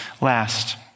Last